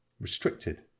restricted